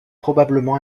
probablement